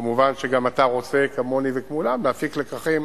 כמובן שגם אתה רוצה, כמוני וכמו כולם, להפיק לקחים